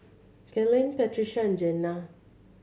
Kellen Patricia and Jena